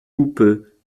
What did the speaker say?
houppeux